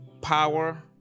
power